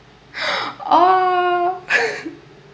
oh